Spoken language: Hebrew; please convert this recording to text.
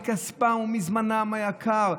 מכספם ומזמנם היקר,